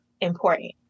important